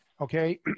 okay